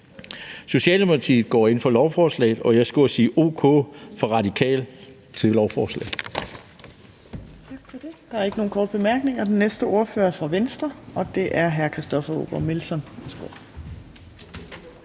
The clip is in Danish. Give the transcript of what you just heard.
Socialdemokratiet går ind for lovforslaget, og jeg skulle også sige o.k. fra De Radikale til lovforslaget.